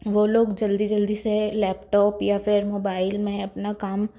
वो लोग जल्दी जल्दी से लैपटॉप या फिर मोबाइल में अपना काम